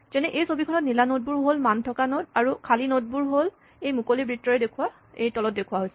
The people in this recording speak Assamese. যেনে এই ছবিখনত নীলা নড বোৰ হ'ল মান থকা নড আৰু খালী নড বোৰ মুকলি বৃত্তৰে তলত দেখুৱা হৈছে